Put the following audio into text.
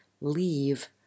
leave